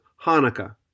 Hanukkah